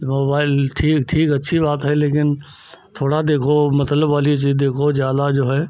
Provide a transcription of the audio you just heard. mobile ठीक ठीक अच्छी बात है लेकिन थोड़ा देखो मतलब वाली चीज़ देखो ज़्यादा जो है